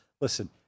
Listen